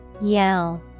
Yell